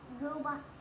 robots